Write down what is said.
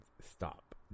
stop